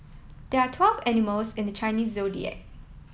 there are twelve animals in the Chinese Zodiac